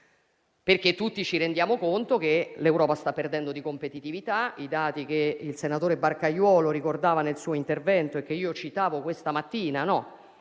perché tutti ci rendiamo conto che l'Europa sta perdendo di competitività. I dati che il senatore Barcaiuolo ricordava nel suo intervento sono quelli che citavo questa mattina: il